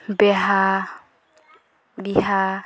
ବିହା ବିହା